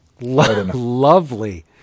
lovely